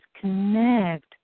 connect